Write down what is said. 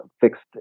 fixed